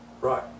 Right